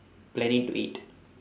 planning to eat